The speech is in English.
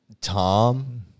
Tom